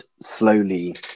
slowly